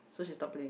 so she stop playing